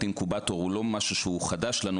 אינקובטור הוא לא משהו שהוא חדש לנו,